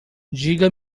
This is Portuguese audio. diga